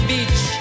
Beach